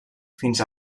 fins